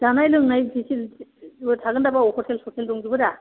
जानाय लोंनाय फेसिलिथिबो थागोन्दा बेयाव ह'टेल सटेल दंजोबो दा